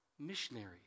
missionaries